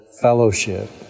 fellowship